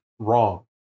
wrong